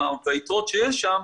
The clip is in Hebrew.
ביתרות שיש שם,